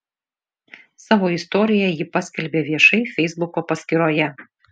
savo istoriją ji paskelbė viešai feisbuko paskyroje